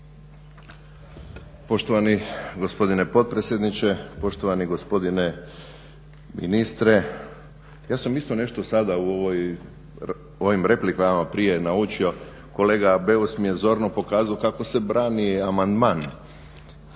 Poštovani gospodine potpredsjedniče, poštovani gospodine ministre. Ja sam isto nešto sada u ovim replikama prije naučio, kolega Beus mi je zorno pokazao kako se brani amandman